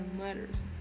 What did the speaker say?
letters